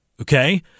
okay